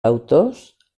autors